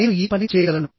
నేను ఈ పని చేయగలను